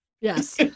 Yes